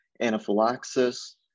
anaphylaxis